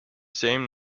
same